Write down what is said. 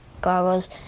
goggles